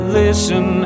listen